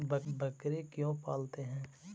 बकरी क्यों पालते है?